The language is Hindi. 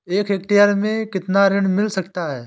एक हेक्टेयर में कितना ऋण मिल सकता है?